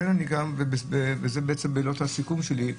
אלה מילות הסיכום שלי.